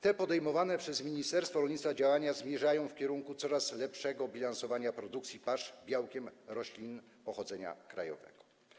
Te podejmowane przez ministerstwo rolnictwa działania zmierzają w kierunku coraz lepszego bilansowania produkcji pasz z użyciem białka roślin pochodzenia krajowego.